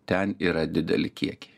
ten yra dideli kiekiai